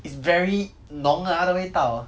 it's very 浓 ah 它的味道